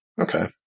Okay